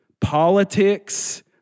politics